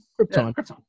Krypton